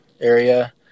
area